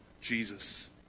Jesus